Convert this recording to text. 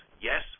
yes